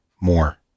more